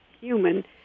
human